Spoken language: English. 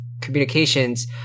communications-